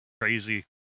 crazy